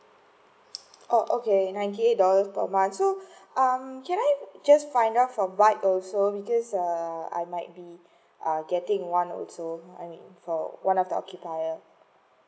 oh okay ninety eight dollars per month so um can I just find out for bike also because um I might be err getting one also I mean for one of the occupier